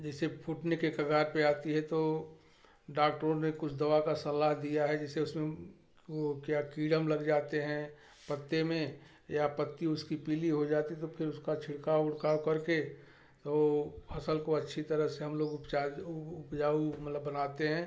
जैसे फूटने के कगार पर आती है तो डाक्टरों ने कुछ दवा का सलाह दिया है जैसे उसमें वह क्या कीड़े लग जाते हैं पत्ते में या पत्ती उसकी पीली हो जाती तो फिर उसका छिड़काव ओड़काव करके वह फसल को अच्छी तरह से हम लोग उपचार उपजाऊ मतलब बनाते हैं